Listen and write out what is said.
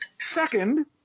Second